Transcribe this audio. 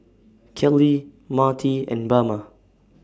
Kellie Marty and Bama